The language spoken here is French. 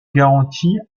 garantie